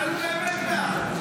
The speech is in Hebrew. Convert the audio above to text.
אולי הוא באמת בעד.